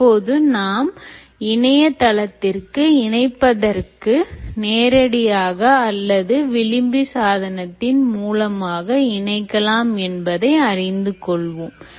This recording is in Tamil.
இப்போது நாம் இணைய தளத்திற்கு இணைப்பதற்கு நேரடியாக அல்லது விளிம்பி சாதனத்தின் மூலமாகவும் இணைக்கலாம் என்பதை அறிந்து கொள்வோம்